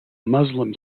muslim